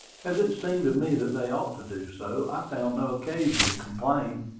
as it seemed to me that they ought to do so, i found no occasion to complain.